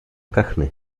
kachny